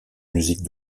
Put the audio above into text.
musique